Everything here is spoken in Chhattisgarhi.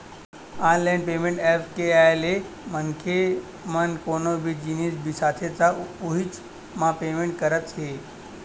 ऑनलाईन पेमेंट ऐप्स के आए ले मनखे मन कोनो भी जिनिस बिसाथे त उहींच म पेमेंट करत हे